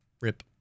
Rip